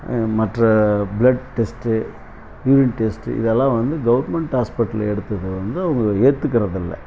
மற்ற blood test urine test இதெல்லாம் வந்து கவர்ன்மெண்ட் ஹாஸ்பிடலில் எடுத்தது வந்து அவங்க ஏற்றுக்குறது இல்லை